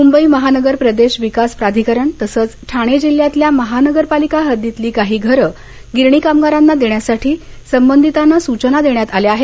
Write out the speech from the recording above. मुंबई महानगर प्रदेश विकास प्राधिकरण तसंच ठाणे जिल्ह्यातल्या महानगरपालिका हद्दीतली काही घरं गिरणी कामगारांना देण्यासाठी संबंधितांना सूचना देण्यात आल्या आहेत